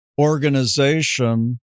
organization